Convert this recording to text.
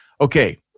Okay